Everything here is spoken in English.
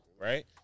right